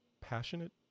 passionate